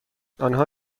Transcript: آنها